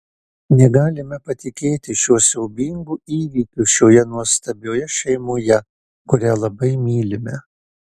negalime patikėti šiuo siaubingu įvykiu šioje nuostabioje šeimoje kurią labai mylime